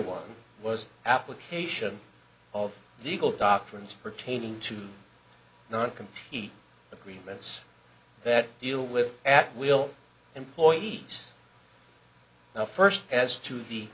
one was application of the eagle doctrines pertaining to not complete agreements that deal with at will employees the first as to the